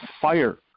fire